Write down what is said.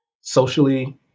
socially